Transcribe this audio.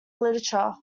literature